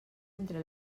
entre